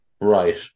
Right